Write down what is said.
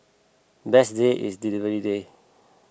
best day is delivery day